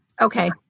Okay